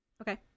Okay